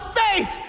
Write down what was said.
faith